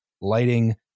lighting